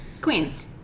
queens